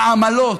העמלות,